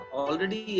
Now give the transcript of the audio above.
already